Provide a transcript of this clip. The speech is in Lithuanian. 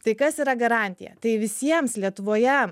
tai kas yra garantija tai visiems lietuvoje